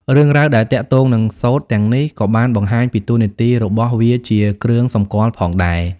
រឿងរ៉ាវដែលទាក់ទងនឹងសូត្រទាំងនេះក៏បានបង្ហាញពីតួនាទីរបស់វាជាគ្រឿងសម្គាល់ផងដែរ។